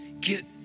Get